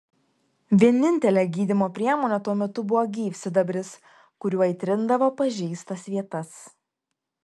vienintelė gydymo priemonė tuo metu buvo gyvsidabris kuriuo įtrindavo pažeistas vietas